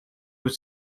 with